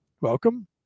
Welcome